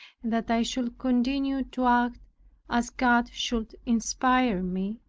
and that i should continue to act as god should inspire me.